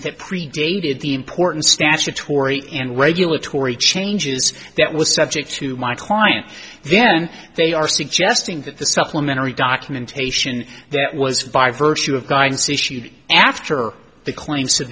that predated the important statutory and regulatory changes that was subject to my client then they are suggesting that the supplementary documentation that was five virtue of guidance issued after the claims